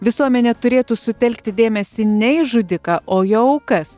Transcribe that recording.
visuomenė turėtų sutelkti dėmesį ne į žudiką o į jo aukas